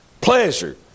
Pleasure